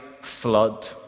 flood